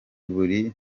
buri